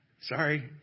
sorry